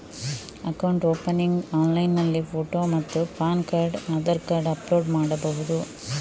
Account opening ಆನ್ಲೈನ್ನಲ್ಲಿ photo ಮತ್ತು PAN card Aadhaar card upload ಮಾಡುವುದು?